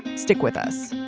stick with us